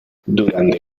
durante